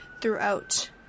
throughout